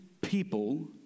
people